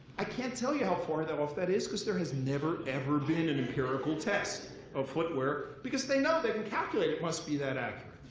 i can't tell you how far off that is, because there has never, ever been an empirical test of footwear. because they know they can calculate it must be that accurate.